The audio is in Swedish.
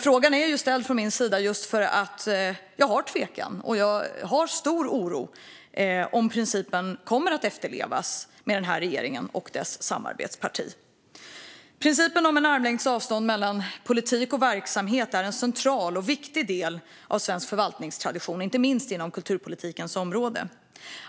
Jag ställer dock frågan just för att jag känner tvivel och stor oro kring om principen kommer att efterlevas med den här regeringen och dess samarbetsparti. Principen om armlängds avstånd mellan politik och verksamhet är en central och viktig del av svensk förvaltningstradition, inte minst inom kulturpolitikens område.